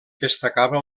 destacava